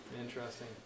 interesting